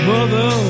Mother